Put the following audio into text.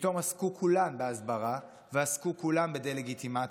פתאום עסקו כולן בהסברה ועסקו כולן בדה-לגיטימציה.